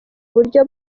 buryo